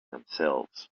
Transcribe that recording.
themselves